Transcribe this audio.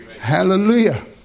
Hallelujah